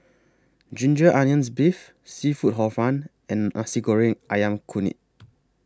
Ginger Onions Beef Seafood Hor Fun and Nasi Goreng Ayam Kunyit